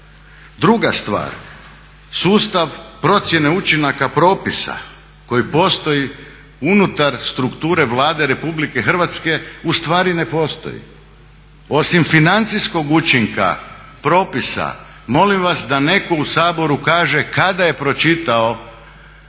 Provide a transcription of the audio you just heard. Druga stvar, sustav procjene učinaka propisa koji postoji unutar strukture Vlade Republike Hrvatske ustvari ne postoji. Osim financijskog učinka propisa molim vas da netko u Saboru kaže kada je pročitao